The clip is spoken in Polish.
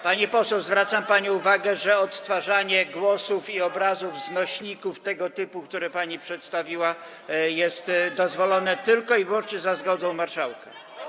Pani poseł, zwracam pani uwagę, że odtwarzanie głosów i obrazów z nośników tego typu, które pani przedstawiła, jest dozwolone tylko i wyłącznie za zgodą marszałka.